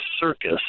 circus